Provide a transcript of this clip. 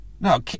No